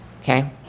okay